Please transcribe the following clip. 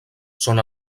són